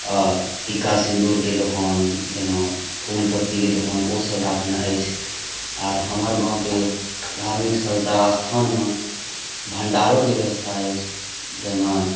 आ टिका सिन्दूर के दोकान जेना फूल पत्तीके दोकान ओसब राखने अछि आर हमर गाॅंवके धार्मिक स्थल तारा स्थानमे भनडारोके व्यवस्था अछि जाहिमे